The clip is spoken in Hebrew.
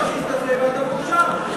את הפאשיסט הזה ואתה מאושר.